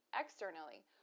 Externally